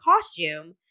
costume